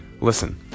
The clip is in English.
Listen